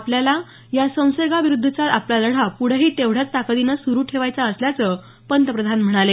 आपल्याला या संसर्गाविरुद्धचा आपला लढा पुढंही तेवढ्याच ताकदीनं सुरु ठेवायचा असल्याचं पंतप्रधान म्हणाले